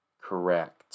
Correct